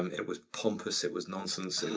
um it was pompous, it was nonsense, it